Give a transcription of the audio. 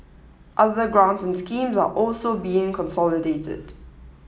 other grants and schemes are also being consolidated